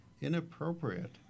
inappropriate